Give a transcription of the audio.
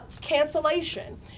cancellation